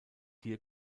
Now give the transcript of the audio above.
hier